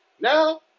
Now